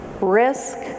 risk